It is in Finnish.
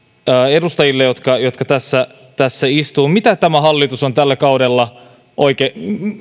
edustajille jotka jotka täällä istuvat mitä tämä hallitus on tällä kaudella oikein